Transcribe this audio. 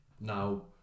now